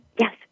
Yes